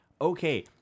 okay